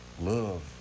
Love